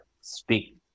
speak